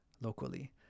locally